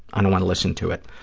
and want to listen to it.